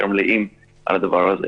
יותר מלאים על הדבר הזה.